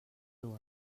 dues